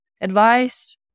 advice